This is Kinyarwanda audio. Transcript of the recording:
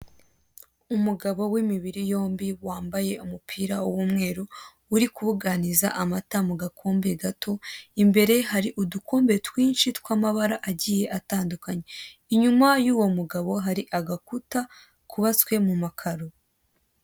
Umugabo w'imibiri yombi, wambaye umupira w'umweru, uri kubuganiza amata mu gapombe gato. Imbere hari udukombe twinshi tw'amabara agiye atandukanye. Inyuma y'uwo mugabo hari agakuta kubatswe mu makaro.